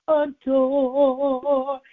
adore